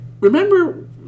remember